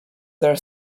their